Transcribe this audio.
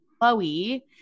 chloe